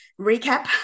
recap